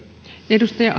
edustaja